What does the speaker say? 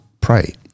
pray